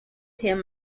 him